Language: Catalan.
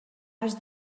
has